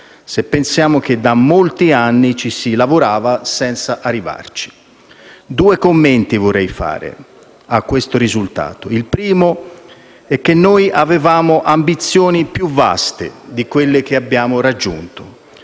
se pensiamo che da molti anni ci si lavorava senza arrivarci. Vorrei fare due commenti a questo risultato. Il primo è che noi avevamo ambizioni più vaste di quelle che abbiamo raggiunto.